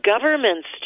governments